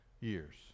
years